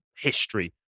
history